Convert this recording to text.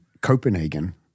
Copenhagen